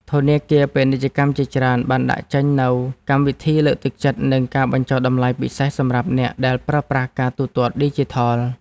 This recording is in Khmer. ធនាគារពាណិជ្ជជាច្រើនបានដាក់ចេញនូវកម្មវិធីលើកទឹកចិត្តនិងការបញ្ចុះតម្លៃពិសេសសម្រាប់អ្នកដែលប្រើប្រាស់ការទូទាត់ឌីជីថល។